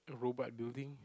robot building